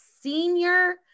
senior